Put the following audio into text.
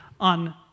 on